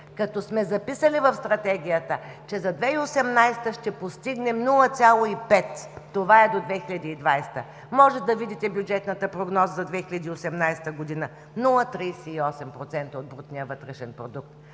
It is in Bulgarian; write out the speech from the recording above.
като сме записали в Стратегията, че за 2018 г. ще постигнем 0,5%. Това е до 2020 г. Може да видите бюджетната прогноза за 2018 г. – 0,38% от брутния вътрешен продукт.